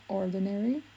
ordinary